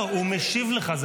לא, הוא משיב לך.